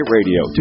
Radio